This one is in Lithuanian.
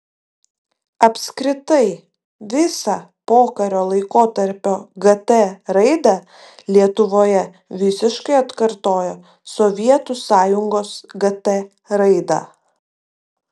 apskritai visa pokario laikotarpio gt raida lietuvoje visiškai atkartoja sovietų sąjungos gt raidą